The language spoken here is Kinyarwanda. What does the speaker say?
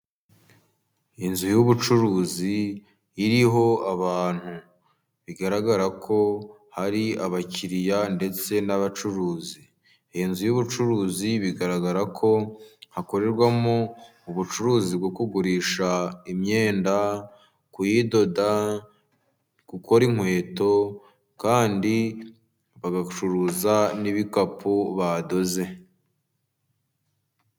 Inzu y'ubucuruzi iriho abantu. Bigaragara ko hari abakiriya ndetse n'abacuruzi. Iyi nzu y'ubucuruzi bigaragara ko hakorerwamo ubucuruzi bwo kugurisha imyenda, kuyidoda, gukora inkweto, kandi bagacuruza n'ibikapu badoze.